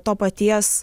to paties